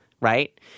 right